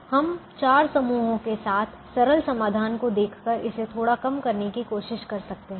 हम 4 समूहों के साथ सरल समाधान को देखकर इसे थोड़ा कम करने की कोशिश कर सकते हैं